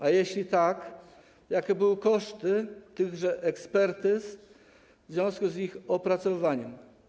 A jeśli tak, jakie były koszty tychże ekspertyz w związku z ich opracowaniem?